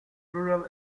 rural